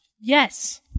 Yes